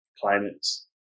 climate's